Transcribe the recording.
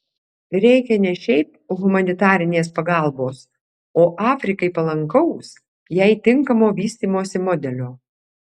reikia ne šiaip humanitarinės pagalbos o afrikai palankaus jai tinkamo vystymosi modelio